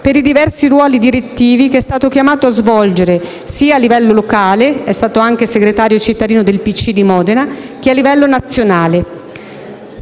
per i diversi ruoli direttivi che è stato chiamato a svolgere, sia a livello locale (è stato anche segretario cittadino del PCI di Modena) che a livello nazionale.